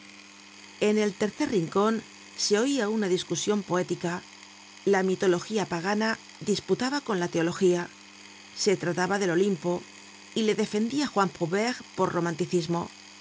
en el tercer rincon se oia una discusion poética la mitología pagana disputaba con la teología se trataba del olimpo y le defendia juan prouvaire por romanticismo